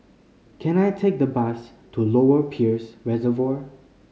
can I take the bus to Lower Peirce Reservoir